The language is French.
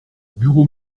bureau